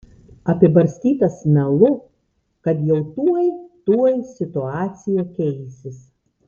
apibarstytas melu kad jau tuoj tuoj situacija keisis